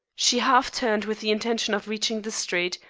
she half turned with the intention of reaching the street,